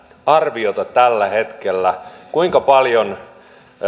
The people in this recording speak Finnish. arviota tällä hetkellä kuinka paljon